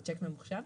בשיק ממוחשב.